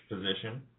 position